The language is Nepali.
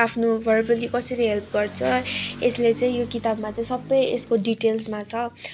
आफ्नो भर्बल्ली कसरी हेल्प गर्छ यसले चाहिँ यो किताबमा चाहिँ सबै यसको डिटेल्समा छ